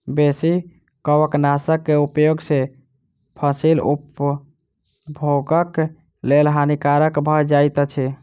बेसी कवकनाशक के उपयोग सॅ फसील उपभोगक लेल हानिकारक भ जाइत अछि